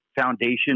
foundation